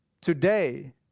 today